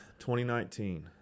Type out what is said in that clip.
2019